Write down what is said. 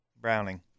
Browning